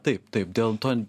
taip taip dėl to